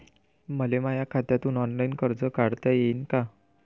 मले माया खात्यातून ऑनलाईन कर्ज काढता येईन का?